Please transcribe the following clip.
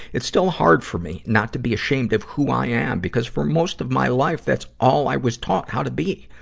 it's still hard for me not be ashamed of who i am, because for most of my life that's all i was taught how to be.